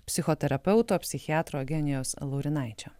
psichoterapeuto psichiatro eugenijaus laurinaičio